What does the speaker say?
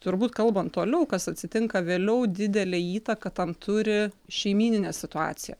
turbūt kalbant toliau kas atsitinka vėliau didelę įtaką tam turi šeimyninė situacija